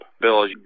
Bill